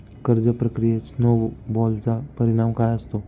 कर्ज प्रक्रियेत स्नो बॉलचा परिणाम काय असतो?